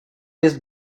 jest